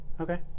Okay